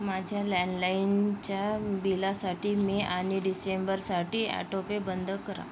माझ्या लँडलाईनच्या बिलासाठी मे आणि डिसेंबरसाठी अॅटोपे बंद करा